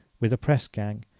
with a press-gang,